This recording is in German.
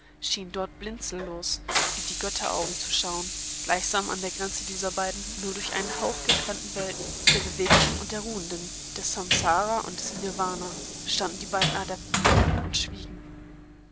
schien dort blinzellos wie die götteraugen zu schauen gleichsam an der grenze dieser beiden nur durch einen hauch getrennten welten der bewegten und der ruhenden des samsara und des nirvana standen die beiden adepten und schwiegen